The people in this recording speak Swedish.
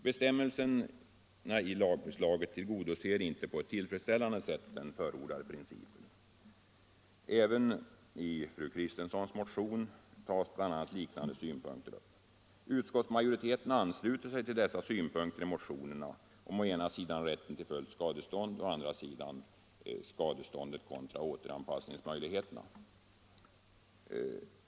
Bestämmelserna i lagförslaget tillgodoser inte på ett tillfredsställande sätt den förordade principen. Även i fru Kristenssons motion tas liknande synpunkter upp. Utskottsmajoriteten har anslutit sig till dessa i motionerna anförda synpunkter om å ena sidan rätten till fullt skadestånd och å andra sidan skadeståndet kontra återanpassningsmöjligheterna.